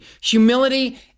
Humility